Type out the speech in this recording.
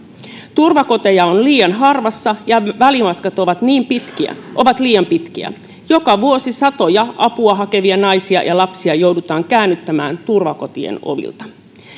turvakoteja on liian harvassa ja välimatkat ovat liian pitkiä joka vuosi satoja apua hakevia naisia ja lapsia joudutaan käännyttämään turvakotien ovilta